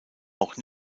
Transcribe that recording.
auch